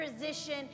position